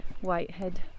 Whitehead